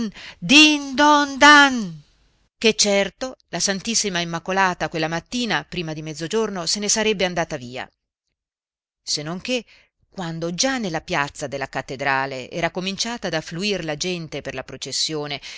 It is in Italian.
don dan ché certo la ss immacolata quella mattina prima di mezzogiorno se ne sarebbe andata via se non che quando già alla piazza della cattedrale era cominciata ad affluir la gente per la processione